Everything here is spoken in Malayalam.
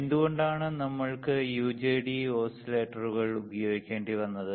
എന്തുകൊണ്ടാണ് നമ്മൾക്ക് യുജെടി ഓസിലേറ്ററുകൾ ഉപയോഗിക്കേണ്ടിവന്നത്